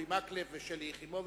חברי הכנסת אורי מקלב ושלי יחימוביץ.